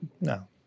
No